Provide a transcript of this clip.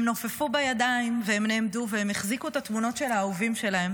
הם נופפו בידיים והם נעמדו והם החזיקו את התמונות של האהובים שלהם